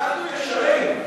אנחנו ישרים.